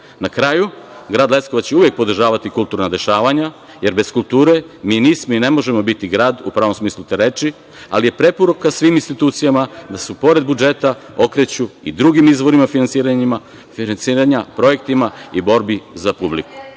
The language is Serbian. kraju, grad Leskovac će uvek podržavati kulturna dešavanja, jer bez kulture mi nismo i ne možemo biti grad u pravom smislu te reči, ali je preporuka svim institucijama da se, pored budžeta, okreću i drugim izvorima finansiranja, projektima i borbi za publiku.